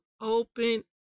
open